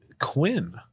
Quinn